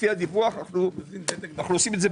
לפי הדיווח אנו עושים את זה